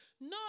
no